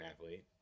athlete